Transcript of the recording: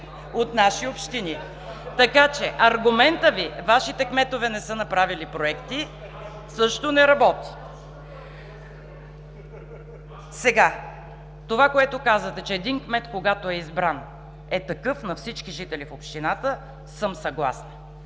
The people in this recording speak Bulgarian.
от наши общини. Така че аргументът Ви: Вашите кметове не са направили проекти, също не работи. Това, което казвате, че един кмет, когато е избран, е такъв на всички жители в общината, съм съгласна.